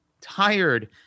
tired